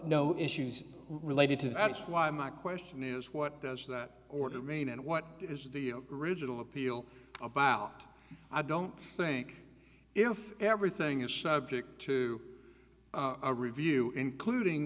no issues related to that is why my question is what does that order mean and what is the original appeal about i don't think if everything is subject to a review including